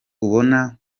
ubona